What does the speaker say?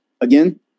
again